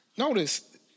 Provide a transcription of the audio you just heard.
notice